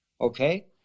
Okay